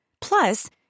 Plus